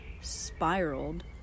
spiraled